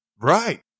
Right